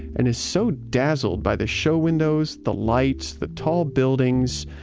and is so dazzled by the show windows, the lights, the tall buildings,